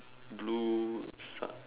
blue sa~